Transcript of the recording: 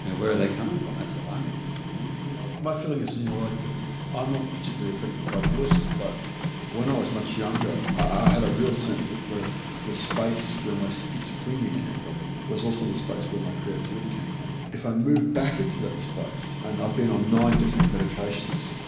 and where are they coming from? that's what i'm interested in my feeling is, you know, like i'm not particularly affected by voices but when i was much younger, i had a real sense that the the space where my schizophrenia came from was also the space where my creativity came from. if i moved back into that space and i've been on nine different medications,